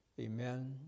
amen